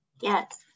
Yes